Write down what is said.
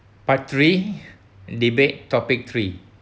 part three debate topic three